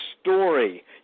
story